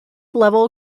level